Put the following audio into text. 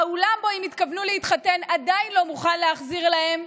האולם שבו הם התכוונו להתחתן עדיין לא מוכן להחזיר להם